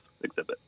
exhibit